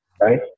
right